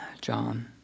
John